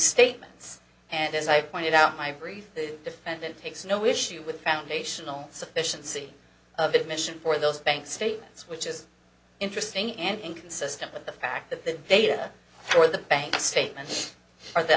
statements and as i pointed out my brief the defendant takes no issue with foundational sufficiency of admission for those bank statements which is interesting and inconsistent with the fact that the data for the bank statement or the